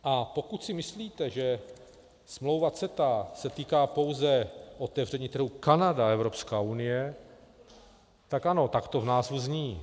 A pokud si myslíte, že smlouva CETA se týká pouze otevření trhu Kanada Evropská unie, tak ano, tak to v názvu zní.